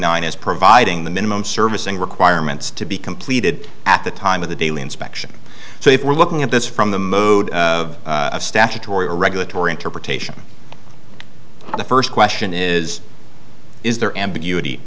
nine as providing the minimum servicing requirements to be completed at the time of the daily inspection so if we're looking at this from the mode of a statutory regulatory interpretation the first question is is there ambiguity